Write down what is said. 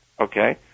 Okay